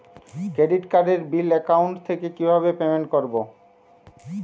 Credit কার্ডের bill account থেকে কিভাবে পেমেন্ট করবো?